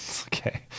Okay